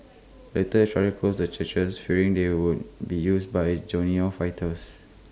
later Israel closed the churches fearing they would be used by Jordanian fighters